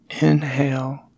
Inhale